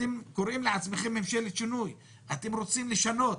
אתם קוראים לעצמכם ממשלת שינוי, אתם רוצים לשנות.